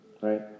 Right